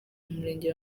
murenge